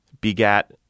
begat